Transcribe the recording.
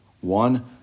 One